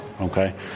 Okay